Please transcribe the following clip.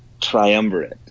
triumvirate